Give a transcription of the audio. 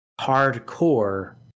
Hardcore